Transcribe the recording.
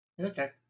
Okay